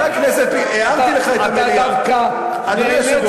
הערתי לך את המליאה, אדוני היושב-ראש.